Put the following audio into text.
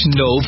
no